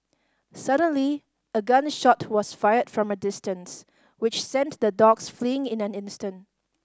suddenly a gun shot was fired from a distance which sent the dogs fleeing in an instant